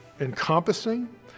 encompassing